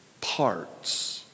parts